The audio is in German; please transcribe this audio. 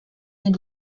den